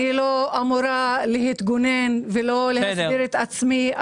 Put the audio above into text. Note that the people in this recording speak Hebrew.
אני לא אמורה להתגונן ולא להסביר את עצמי.